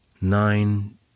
nine